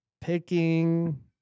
picking